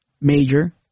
major